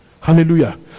Hallelujah